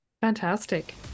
Fantastic